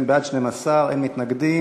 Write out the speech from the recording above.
ובכן, בעד, 12, אין מתנגדים.